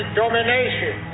domination